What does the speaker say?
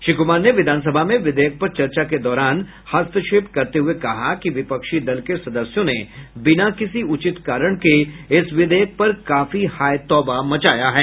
श्री कुमार ने विधानसभा में विधेयक पर चर्चा के दौरान हस्तक्षेप करते हुए कहा कि विपक्षी दल के सदस्यों ने बिना किसी उचित कारण के इस विधेयक पर काफी हायतौबा मचाया है